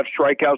strikeouts